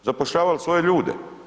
Zapošljavali svoje ljude.